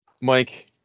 Mike